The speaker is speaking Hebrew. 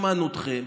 שמענו אתכם.